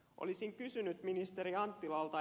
olisin kysynyt ministeri anttilalta